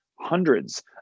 hundreds